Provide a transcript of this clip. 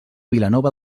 vilanova